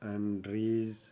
ਐਮਡ੍ਰੀਜ਼